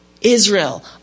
Israel